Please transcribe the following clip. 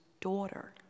daughter